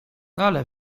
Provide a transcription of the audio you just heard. ale